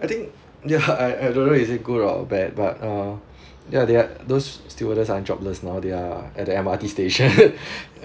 I think ya I I don't know is it good or bad but uh ya they are those stewardess are jobless now they are at the M_R_T station